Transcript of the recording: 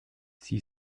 sie